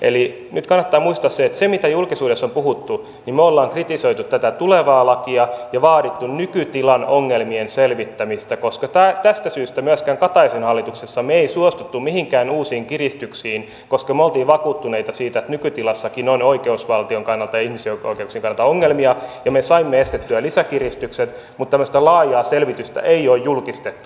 eli nyt kannattaa muistaa se että siinä mitä julkisuudessa on puhuttu me olemme kritisoineet tätä tulevaa lakia ja vaatineet nykytilan ongelmien selvittämistä koska tästä syystä myöskään kataisen hallituksessa me emme suostuneet mihinkään uusiin kiristyksiin koska me olimme vakuuttuneita siitä että nykytilassakin on oikeusvaltion kannalta ja ihmisoikeuksien kannalta ongelmia ja me saimme estettyä lisäkiristykset mutta tämmöistä laajaa selvitystä ei ole julkistettu